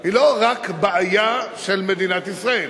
היא לא רק בעיה של מדינת ישראל,